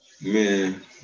man